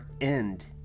end